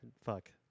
fuck